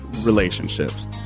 relationships